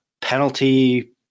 penalty